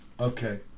Okay